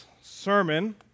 sermon